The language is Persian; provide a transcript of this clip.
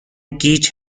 گیج